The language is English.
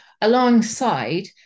alongside